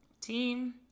team